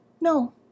No